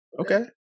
Okay